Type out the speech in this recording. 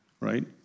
Right